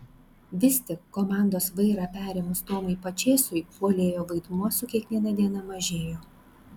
vis tik komandos vairą perėmus tomui pačėsui puolėjo vaidmuo su kiekviena diena mažėjo